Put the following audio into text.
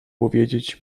powiedzieć